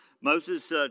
Moses